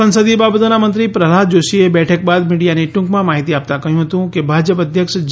સંસદીય બાબતોના મંત્રી પ્રહલાદ જોશીએ બેઠક બાદ મીડિયાને ટૂંકમાં માહિતી આપતાં કહ્યું કે ભાજપ અધ્યક્ષ જે